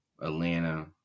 Atlanta